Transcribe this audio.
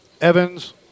Evans